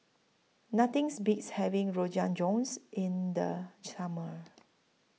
Nothing Beats having Rogan Josh in The Summer